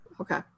Okay